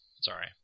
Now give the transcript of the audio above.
Sorry